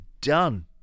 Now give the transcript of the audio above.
done